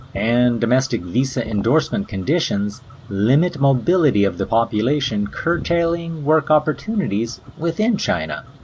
and domestic visa endorsement conditions limit mobility of the population curtailing work opportunities within china.